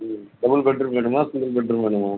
ஆமாம் double bedroom வேணுமா single bedroom வேணுமா